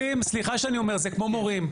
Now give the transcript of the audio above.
הרופאים, סליחה שאני אומר, זה כמו מורים.